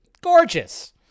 Gorgeous